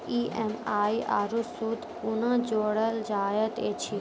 EMI आरू सूद कूना जोड़लऽ जायत ऐछि?